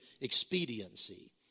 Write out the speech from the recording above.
expediency